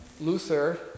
Luther